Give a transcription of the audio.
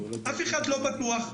אף אחד לא בטוח.